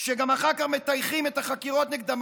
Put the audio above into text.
שאחר כך גם מטייחים את החקירות נגדם.